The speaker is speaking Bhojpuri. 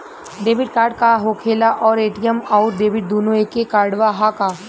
डेबिट कार्ड का होखेला और ए.टी.एम आउर डेबिट दुनों एके कार्डवा ह का?